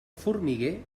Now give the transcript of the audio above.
formiguer